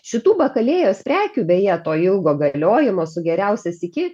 šitų bakalėjos prekių beje to ilgo galiojimo su geriausias iki